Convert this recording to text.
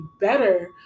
better